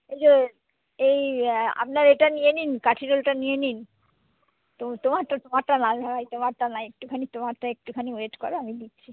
ওই যে এই আপনার এটা নিয়ে নিন কাঠি রোলটা নিয়ে নিন তো তোমারটা তোমারটা না রে ভাই তোমারটা নাই একটুখানি তোমারটা একটুখানি ওয়েট করো আমি দিচ্ছি